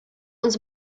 uns